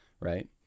right